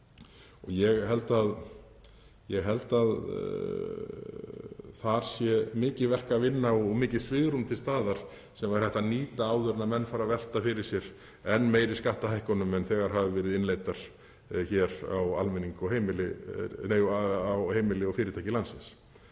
Ég held að þar sé mikið verk að vinna og mikið svigrúm til staðar sem væri hægt að nýta áður en menn fara að velta fyrir sér enn meiri skattahækkunum en þegar hafa verið innleiddar hér á heimili og fyrirtæki landsins.